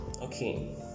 okay